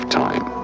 time